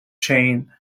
chain